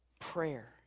Prayer